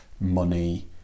money